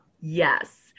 Yes